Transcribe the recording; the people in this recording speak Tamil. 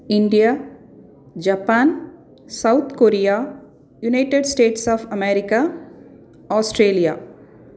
India Japan South Korea United States of America Australia